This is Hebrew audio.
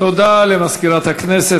תודה למזכירת הכנסת.